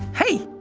hey,